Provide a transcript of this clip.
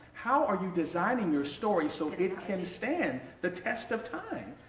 how are you designing your story so it can stand the test of time?